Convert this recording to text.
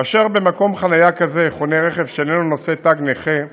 כאשר במקום חניה כזה חונה רכב שאיננו נשא תג נכה,